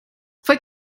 fue